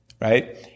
right